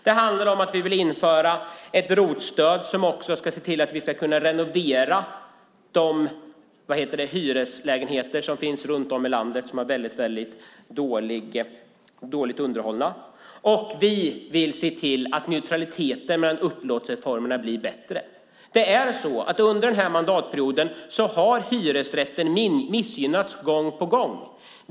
Det handlar om att vi vill införa ett ROT-stöd som också ska se till att vi kan renovera de hyreslägenheter runt om i landet som är väldigt dåligt underhållna. Vi vill se till att neutraliteten mellan upplåtelseformerna blir bättre. Under den här mandatperioden har hyresrätten missgynnats gång på gång.